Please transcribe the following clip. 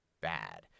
bad